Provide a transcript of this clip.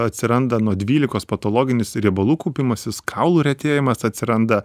atsiranda nuo dvylikos patologinis riebalų kaupimasis kaulų retėjimas atsiranda